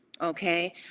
okay